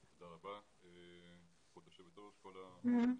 תודה רבה כבוד יושבת הראש, כל הנכבדים.